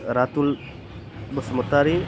Ratul Basumatary